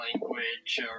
language